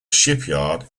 shipyard